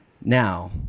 now